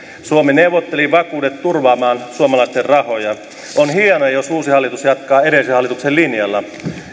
suomi neuvotteli vakuudet turvaamaan suomalaisten rahoja on hienoa jos uusi hallitus jatkaa edellisen hallituksen linjalla